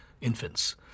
infants